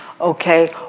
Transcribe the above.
okay